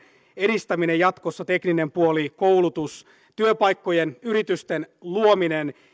edistäminen jatkossa tekninen puoli koulutus työpaikkojen yritysten luominen